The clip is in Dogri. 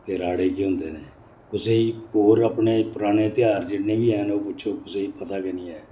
ते राह्ड़े के होंदे न कुसै गी होर अपने पराने त्यहार जिन्ने बी हैन ओह् पुच्छो कुसै गी पता गै नी ऐ